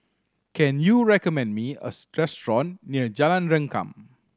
can you recommend me a near Jalan Rengkam